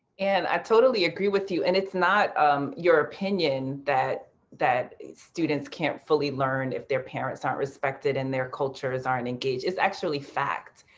and i totally agree with you. and it's not your opinion that that students can't fully learn if their parents aren't respected and their cultures aren't engaged. it's actually fact.